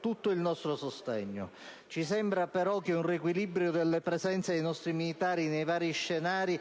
tutto il nostro sostegno. Ci sembra, però, che un riequilibrio delle presenze dei nostri militari nei vari scenari